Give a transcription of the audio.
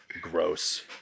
gross